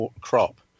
crop